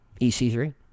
EC3